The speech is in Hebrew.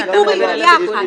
אתה מדבר על ביקורים?